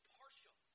partial